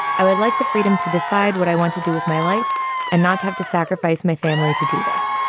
i would like the freedom to decide what i want to do with my life and not have to sacrifice my family to do this.